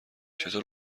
چطور